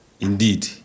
indeed